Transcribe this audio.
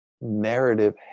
narrative